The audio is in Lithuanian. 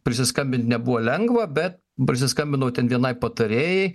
prisiskambint nebuvo lengva bet prisiskambinau ten vienai patarėjai